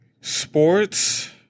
Sports